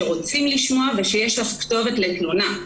שרוצים לשמוע ושיש לך כתובת לתלונה.